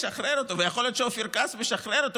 ויכול להיות שאופיר כץ משחרר אותו,